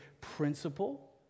principle